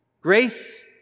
Grace